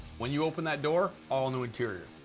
when you open that door, all-new interior.